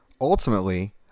Ultimately